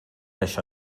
això